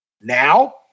Now